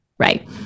right